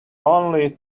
only